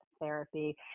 therapy